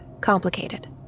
complicated